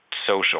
social